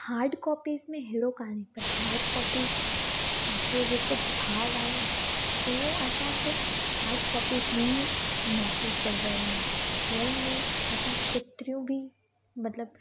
hard copies में हेड़ो काने पर हार्ड कॉपीस जो जेको भाव आहे न उहो असां सिर्फ़ हार्ड कॉपीस में ई महसूसु करे सघंदा आहियूं फ़ोन में असां केतिरियूं बि मतिलबु